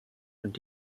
und